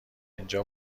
اینجا